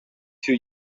two